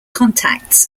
contacts